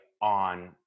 on